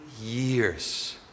years